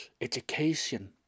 education